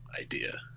idea